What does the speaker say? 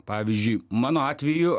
pavyzdžiui mano atveju